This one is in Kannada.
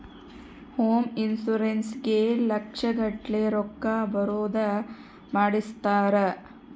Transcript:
ಹೋಮ್ ಇನ್ಶೂರೆನ್ಸ್ ಗೇ ಲಕ್ಷ ಗಟ್ಲೇ ರೊಕ್ಕ ಬರೋದ ಮಾಡ್ಸಿರ್ತಾರ